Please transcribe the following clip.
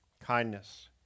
kindness